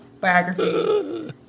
biography